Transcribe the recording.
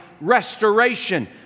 restoration